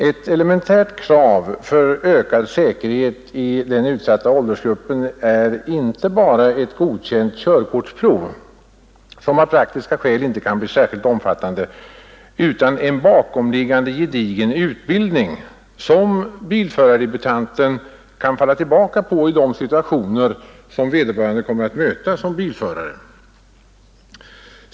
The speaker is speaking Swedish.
Ett elementärt krav för ökad säkerhet i denna utsatta åldersgrupp är inte bara ett godkänt körkortsprov, som av praktiska skäl inte kan bli särskilt omfattande, utan en bakomliggande gedigen utbildning, som bilförardebutanten kan falla tillbaka på i de situationer vederbörande kommer att möta som bilförare.